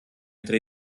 tre